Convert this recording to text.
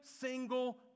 single